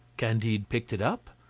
candide picked it up,